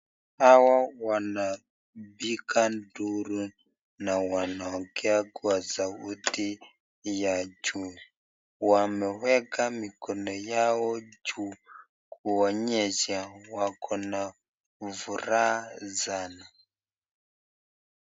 Hawa wanapiga duru na wanaongea kwa sauti ya juu ,wameweka mikono yao juu kuonyesha wako na furaha sana.